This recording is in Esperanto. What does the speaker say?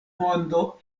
mondo